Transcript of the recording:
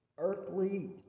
earthly